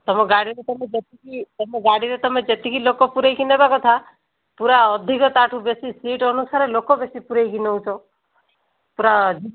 ତୁମ ଗାଡ଼ିରେ ତ ମୁଁ ଦେଖୁଚି ତୁମ ଗାଡ଼ିରେ ତୁମେ ଯେତିକି ଲୋକ ପୂରାଇକି ନେବା କଥା ପୁରା ଅଧିକ ତା'ଠୁ ବେଶି ସିଟ ଅନୁସାରେ ଲୋକ ବେଶି ପୂରାଇକି ନେଉଛ ପୁରା